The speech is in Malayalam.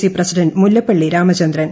C president Mullappally Ramachandran